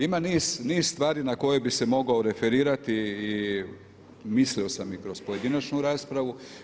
Ima niz stvari na koje bih se mogao referirati i mislio sam i kroz pojedinačnu raspravu.